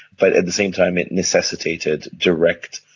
but at the same time it necessitated direct,